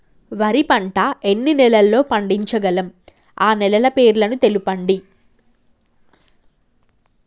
వరి పంట ఎన్ని నెలల్లో పండించగలం ఆ నెలల పేర్లను తెలుపండి?